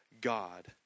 God